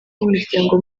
n’imiryango